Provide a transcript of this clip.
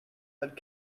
had